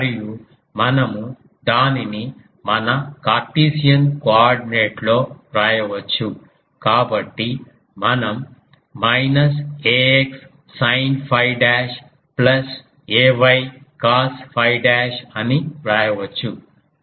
మరియు మనము దానిని మన కార్టీసియన్ కోఆర్డినేట్ లో వ్రాయవచ్చు కాబట్టి మనం minus ax sine 𝛟 dash plus ay cos 𝛟 dash అని వ్రాయవచ్చు